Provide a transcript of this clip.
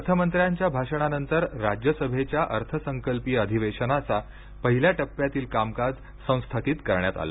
अर्थमंत्र्यांच्या भाषणानंतर राज्यसभेच्या अर्थसंकल्पीय अधिवेशनाच्या पहिल्या टप्प्यातील कामकाज संस्थगित करण्यात आलं